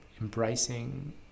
embracing